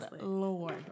Lord